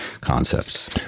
concepts